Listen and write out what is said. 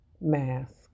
mask